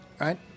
right